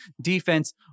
defense